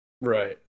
Right